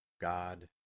God